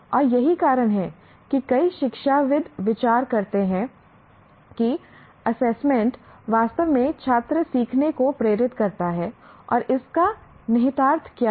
और यही कारण है कि कई शिक्षाविद् विचार करते हैं कि असेसमेंट वास्तव में छात्र सीखने को प्रेरित करता है और इसका निहितार्थ क्या है